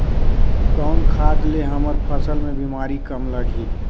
कौन खाद ले हमर फसल मे बीमारी कम लगही?